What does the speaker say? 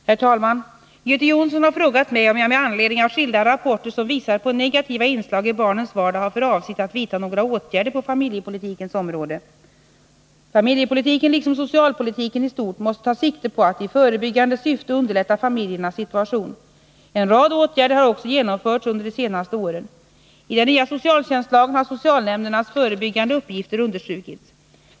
Herr talman! Göte Jonsson har frågat mig om jag med anledning av skilda rapporter som visar på negativa inslag i barnens vardag har för avsikt att vidta några åtgärder på familjepolitikens område. Familjepolitiken liksom socialpolitiken i stort måste ta sikte på att i förebyggande syfte underlätta familjernas situation. En rad åtgärder har också genomförts under de senaste åren. I den nya socialtjänstlagen har socialnämndernas förebyggande uppgifter understrukits.